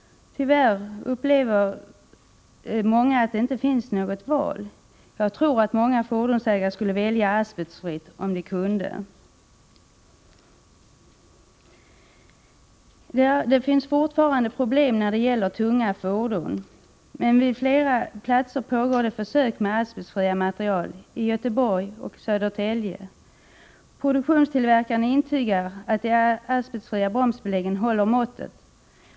Tyvärr upplever många att det inte finns något val. Jag tror att många fordonsägare skulle välja asbestfritt om de kunde. Det finns fortfarande problem när det gäller tunga fordon. Men vid flera platser pågår det försök med asbestfria material, bl.a. i Göteborg och i Södertälje. Produkttillverkaren intygar att de asbestfria bromsbeläggen håller måttet.